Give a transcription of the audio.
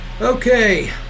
Okay